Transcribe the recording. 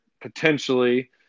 potentially –